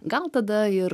gal tada ir